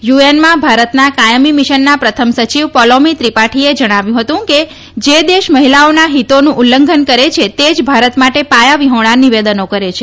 યુએનમાં ભારતનાં કાથમી મિશનમાં પ્રથમ સચિવ પોલોમી ત્રીપાઠીએ જણાવ્યું હતું કે જે દેશ મહિલાઓના હિતોનું ઉલ્લંઘન કરે છે તે ભારત માટે પાયાવિહોણા નિવેદનો કરે છે